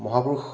মহাপুৰুষ